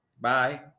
Bye